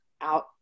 out